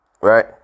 right